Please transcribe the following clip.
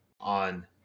on